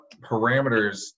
parameters